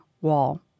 wall